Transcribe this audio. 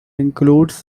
includes